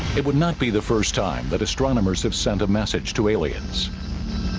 it would not be the first time that astronomers have sent a message to aliens